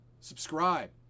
subscribe